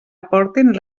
aportin